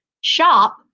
shop